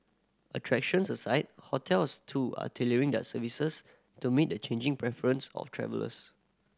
attractions aside hotels too are tailoring their services to meet the changing preference of travellers